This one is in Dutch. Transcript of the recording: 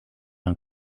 een